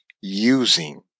using